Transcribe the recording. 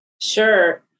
sure